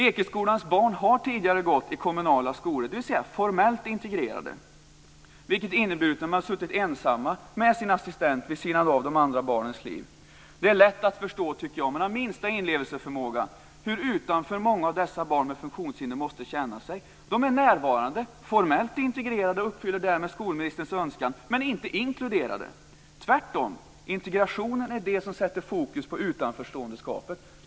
Ekeskolans barn har tidigare gått i kommunala skolor, dvs. formellt integrerade skolor, vilket inneburit att de har suttit ensamma med sin assistent vid sidan av de andra barnens liv. Om man har den minsta inlevelseförmåga är det lätt att förstå hur utanför många av dessa barn med funktionshinder måste känna sig. De är närvarande, formellt integrerade, och uppfyller därmed skolministerns önskan, men de är inte inkluderade. Tvärtom, integration är det som sätter fokus på utanförståendeskapet.